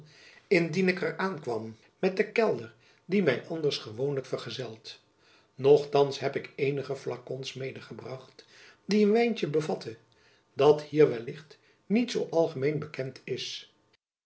indien ik er aankwam met den kelder die my anders gewoonlijk vergezelt nochthands heb ik eenige flakons medegebracht die een wijntjen bevatten dat hier wellicht niet zoo algemeen bekend is